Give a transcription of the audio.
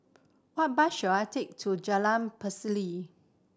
what bus should I take to Jalan Pacheli